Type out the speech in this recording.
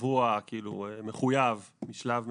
קבוע ומחויב משלב מסוים.